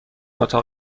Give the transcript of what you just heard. اتاق